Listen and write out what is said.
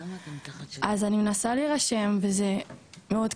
אז אני מנסה להירשם וזה מאוד קשה,